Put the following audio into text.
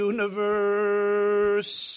Universe